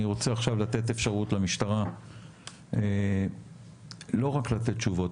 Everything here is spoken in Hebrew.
אני רוצה עכשיו לתת אפשרות למשטרה לא רק לתת תשובות,